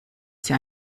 sie